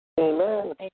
Amen